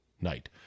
night